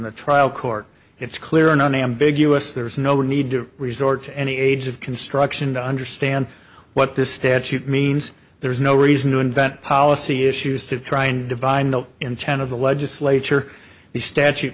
the trial court it's clear and unambiguous there is no need to resort to any age of construction to understand what this statute means there's no reason to invent policy issues to try and divine the intent of the legislature the statu